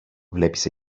βλέπεις